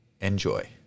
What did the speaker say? Enjoy